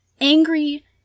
angry